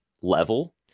level